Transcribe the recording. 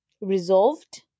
resolved